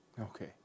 Okay